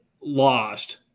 lost